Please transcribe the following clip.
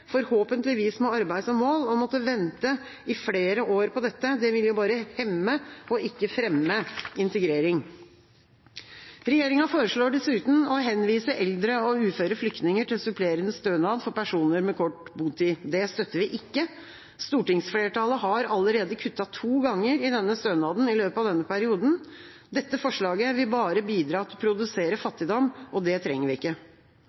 forhåpentligvis med arbeid som mål. Å måtte vente i flere år på dette vil bare hemme, ikke fremme, integrering. Regjeringa foreslår dessuten å henvise eldre og uføre flyktninger til supplerende stønad for personer med kort botid. Det støtter vi ikke. Stortingsflertallet har allerede kuttet to ganger i denne stønaden i løpet av denne perioden. Dette forslaget vil bare bidra til å produsere fattigdom, og det trenger vi ikke.